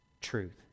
truth